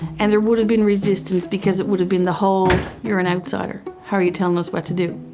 and there would of been resistance because it would of been the whole your an outsider, how are you telling us what to do?